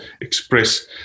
express